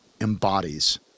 embodies